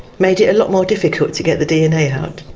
made it a lot more difficult to get the dna out.